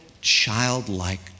childlike